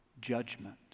judgment